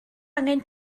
angen